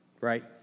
Right